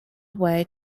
way